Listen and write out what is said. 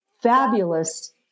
Fabulous